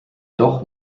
doch